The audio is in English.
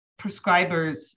prescribers